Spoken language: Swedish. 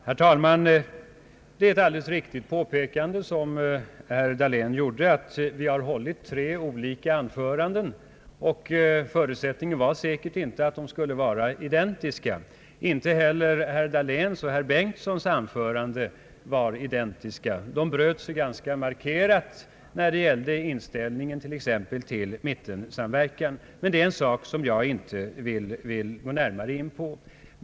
Herr talman! Det var ett alldeles riktigt påpekande av herr Dahlén. Vi har hållit tre olika anföranden. Förutsättningen har säkert inte varit att de skulle vara identiska. Inte heller herr Dahléns och herr Bengtsons anföranden var identiska. De bröt sig ganska markerat när det t.ex. gällde inställningen till mittensamverkan. Men det är en sak som jag inte vill gå in på närmare.